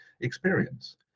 experience